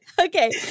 Okay